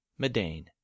Medane